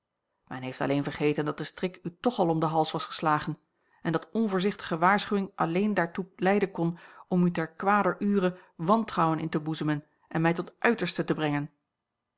men heeft alleen vergeten dat de strik u toch al om den hals was geslagen en dat onvoorzichtige waarschuwing alleen daartoe leiden kon om u ter kwader ure wantrouwen in te boezemen en mij tot uitersten te brengen